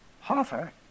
Hoffer